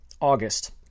august